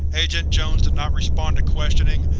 agent jones does not respond to questioning,